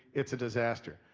it's a disaster.